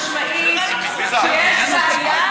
כל אלה הם הוכחה חד-משמעית שיש בעיה בשיטה הקיימת.